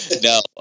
No